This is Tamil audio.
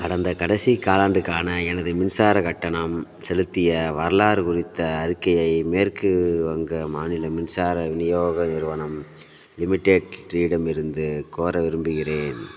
கடந்த கடைசி காலாண்டுக்கான எனது மின்சாரக் கட்டணம் செலுத்திய வரலாறு குறித்த அறிக்கையை மேற்கு வங்க மாநில மின்சார விநியோக நிறுவனம் லிமிடெட் இடமிருந்து கோர விரும்புகிறேன்